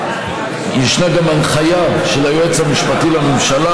ישנה גם הנחיה של היועץ המשפטי לממשלה,